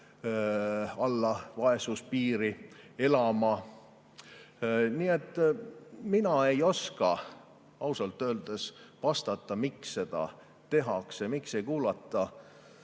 alla vaesuspiiri elama. Nii et mina ei oska ausalt öeldes vastata, miks seda tehakse, miks ei kuulata